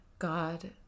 God